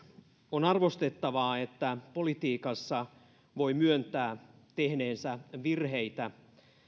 on arvostettavaa että politiikassa voi myöntää tehneensä virheitä